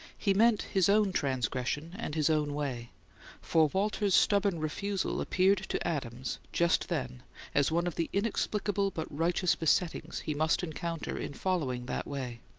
he meant his own transgression and his own way for walter's stubborn refusal appeared to adams just then as one of the inexplicable but righteous besettings he must encounter in following that way.